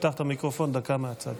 תפתח את המיקרופון, דקה מהצד.